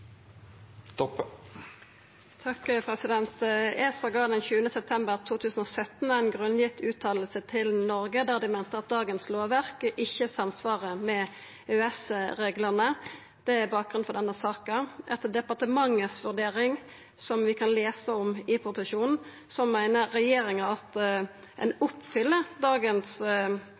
september 2017 ei grunngitt fråsegn til Noreg der dei meinte at dagens lovverk ikkje samsvarar med EØS-reglane. Det er bakgrunnen for denne saka. Etter departementet si vurdering, som vi kan lesa om i proposisjonen, meiner regjeringa at dagens regelverk oppfyller